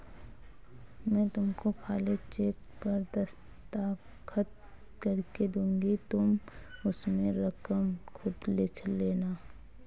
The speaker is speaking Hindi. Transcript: मैं तुमको खाली चेक पर दस्तखत करके दूँगी तुम उसमें रकम खुद लिख लेना